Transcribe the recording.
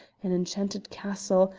an enchanted castle,